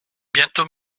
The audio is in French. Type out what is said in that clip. bientôt